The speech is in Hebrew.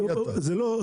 זו הבעיה.